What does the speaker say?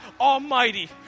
Almighty